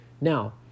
now